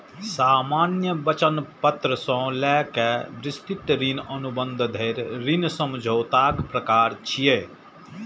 सामान्य वचन पत्र सं लए कए विस्तृत ऋण अनुबंध धरि ऋण समझौताक प्रकार छियै